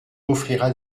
offrira